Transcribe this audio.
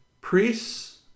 Priests